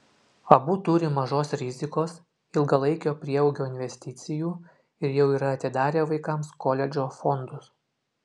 abu turi mažos rizikos ilgalaikio prieaugio investicijų ir jau yra atidarę vaikams koledžo fondus